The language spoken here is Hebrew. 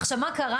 עכשיו מה קרה,